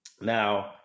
now